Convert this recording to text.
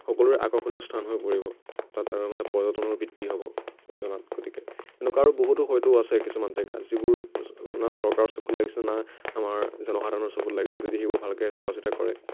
সকলোৰে আকৰ্ষণীয় স্থান হৈ পৰিব তাত আৰু মানে পৰ্যটনৰ বৃদ্ধি হ'ব মই জনাত গতিকে তেনেকুৱা আৰু বহুতো হয়তো আছে কিছুমান জেগা যিবোৰ না চৰকাৰৰ চকুত লাগিছে না আমাৰ জনসাধাৰনৰ চকুত লাগিছে যদি সেইবোৰ ভালদৰে চোৱা চিতা কৰে